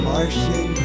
Martian